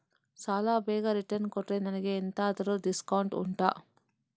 ಸಾಲ ಬೇಗ ರಿಟರ್ನ್ ಕೊಟ್ರೆ ನನಗೆ ಎಂತಾದ್ರೂ ಡಿಸ್ಕೌಂಟ್ ಉಂಟಾ